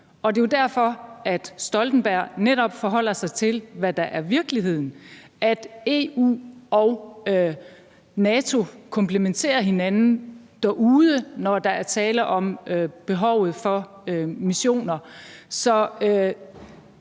og det er jo derfor, at Stoltenberg netop forholder sig til, hvad der er virkeligheden, nemlig at EU og NATO komplementerer hinanden derude, når der er tale om behovet for missioner.